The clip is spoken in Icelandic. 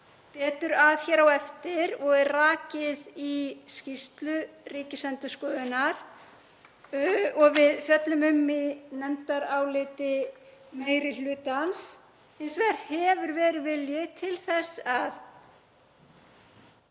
betur að hér á eftir. Það er rakið í skýrslu Ríkisendurskoðunar og við fjöllum um í nefndaráliti meiri hlutans. Hins vegar hefur verið vilji til þess að